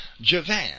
Javan